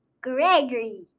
Gregory